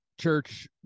church